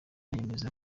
yemeza